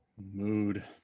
mood